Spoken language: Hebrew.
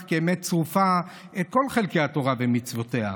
כאמת צרופה את כל חלקי התורה ומצוותיה,